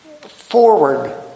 forward